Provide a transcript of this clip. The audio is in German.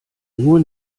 nur